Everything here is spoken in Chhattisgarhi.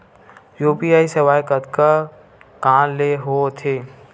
यू.पी.आई सेवाएं कतका कान ले हो थे?